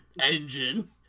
Engine